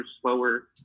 slower